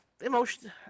emotion